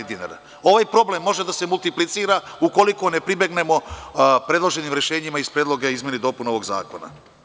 Ovaj problem može da se multiplicira ukoliko ne pribegnemo predloženim rešenjima iz predloga izmena i dopuna ovog zakona.